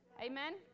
Amen